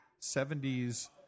70s